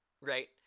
right